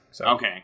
Okay